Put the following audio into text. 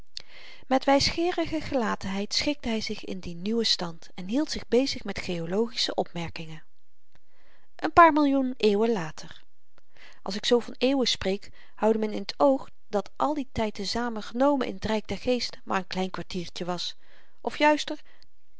met wysgeerige gelatenheid schikte hy zich in dien nieuwen stand en hield zich bezig met geologische opmerkingen een paar millioen eeuwen later als ik zoo van eeuwen spreek houde men in t oog dat al die tyd te-zamen genomen in het ryk der geesten maar n klein kwartiertje was of juister